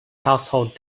household